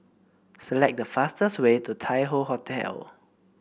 select the fastest way to Tai Hoe Hotel